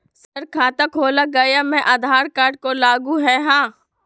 Sir खाता खोला गया मैं आधार कार्ड को लागू है हां?